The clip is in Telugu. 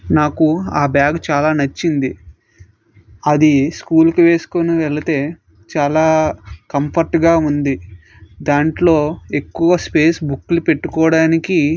నాకు ఆ బ్యాగు చాలా నచ్చింది అది స్కూల్కి వేసుకొని వెళితే చాలా కంఫర్ట్గా ఉంది దాంట్లో ఎక్కువ స్పేస్ బుక్కులు పెట్టుకోవడానికి